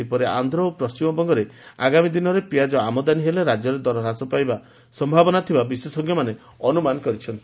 ସେହିପରି ଆଧ୍ଧ ଓ ପଣ୍କିମବଙ୍ଗରେ ଆଗାମୀ ଦିନରେ ପିଆଜ ଆମଦାନୀ ହେଲେ ରାଜ୍ୟରେ ଦର ହ୍ରାସ ପାଇବା ସମ୍ଭାବନା ଥିବା ବିଶେଷଙ୍କମାନେ ଅନୁମାନ କରିଛନ୍ତି